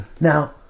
Now